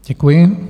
Děkuji.